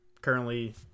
currently